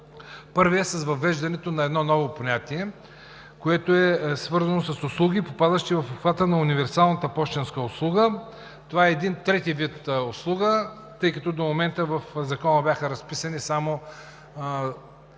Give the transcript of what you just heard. Първият е за въвеждането на едно ново понятие, което е свързано с услуги, попадащи в обхвата на универсалната пощенска услуга. Това е един трети вид услуга, тъй като до момента в Закона бяха разписани само услугите,